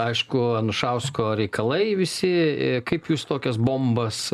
aišku anušausko reikalai visi kaip jūs tokias bombas